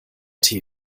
tee